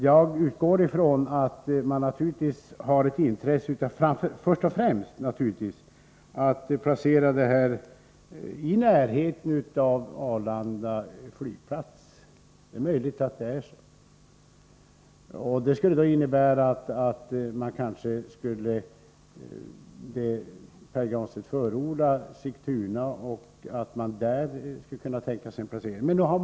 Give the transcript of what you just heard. Jag utgår dock ifrån att SAS först och främst har ett intresse av att placera huvudkontoret i närheten av Arlanda flygplats. Man skulle då kunna tänka sig en placering i t.ex. Sigtuna kommun, vilket Pär Granstedt förordar.